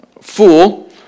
fool